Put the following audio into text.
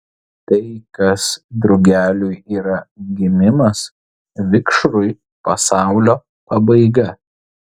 tai kas drugeliui yra gimimas vikšrui pasaulio pabaiga